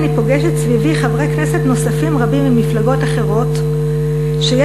אני פוגשת סביבי חברי כנסת נוספים רבים ממפלגות אחרות שיש